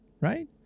Right